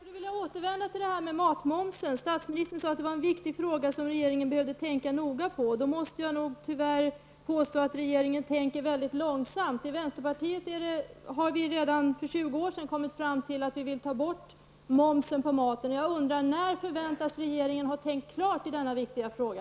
Herr talman! Jag skulle vilja återvända till frågan om matmomsen. Statsministern sade att det är en viktig fråga som regeringen noga behöver tänka över. Tyvärr måste jag då påstå att regeringen tänker mycket långsamt. Vi i vänsterpartiet kom redan för 20 år sedan fram till hur vi vill ha det. Vi vill nämligen att momsen på maten skall tas bort. Jag undrar således när regeringen kan förväntas ha tänkt klart i denna viktiga fråga.